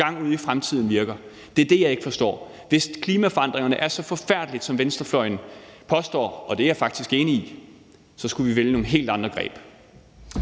gang ude i fremtiden virker. Det er det, jeg ikke forstår. Hvis klimaforandringerne er så forfærdelige, som venstrefløjen påstår, og det er jeg faktisk enig i, så skulle vi vælge nogle helt andre greb.